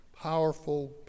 powerful